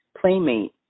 playmate